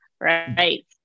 Right